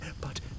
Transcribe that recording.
but